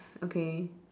okay